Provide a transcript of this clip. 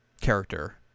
character